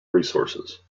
resources